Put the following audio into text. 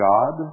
God